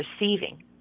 receiving